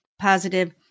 positive